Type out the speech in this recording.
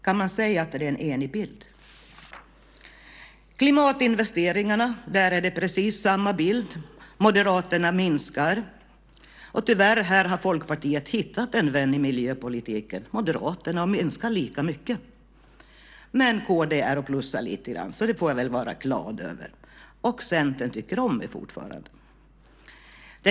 Kan man säga att det är en enig bild? Beträffande klimatinvesteringarna är det precis samma bild. Moderaterna vill minska anslaget. Tyvärr har Folkpartiet här hittat en vän i miljöpolitiken, nämligen Moderaterna, och minskar lika mycket. Men Kristdemokraterna vill plussa på det lite grann, så det får jag väl vara glad över. Och Centern tycker fortfarande om mig.